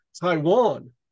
Taiwan